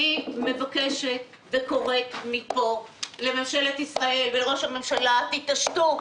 אני מבקשת וקוראת מפה לממשלת ישראל ולראש הממשלה: תתעשתו.